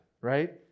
right